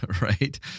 right